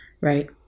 Right